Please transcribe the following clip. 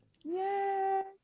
Yes